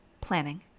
planning